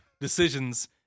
decisions